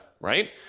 Right